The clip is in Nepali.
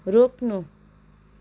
रोक्नु